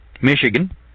Michigan